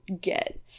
get